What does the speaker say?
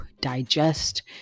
digest